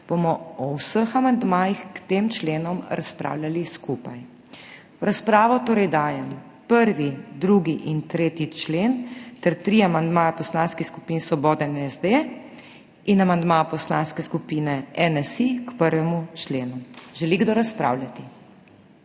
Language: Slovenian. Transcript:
bomo o vseh amandmajih k tem členom razpravljali skupaj. V razpravo torej dajem 1., 2. in 3. člen ter tri amandmaje poslanskih skupin Svoboda in SD ter amandma Poslanske skupine NSi k 1. členu. Želi kdo razpravljati?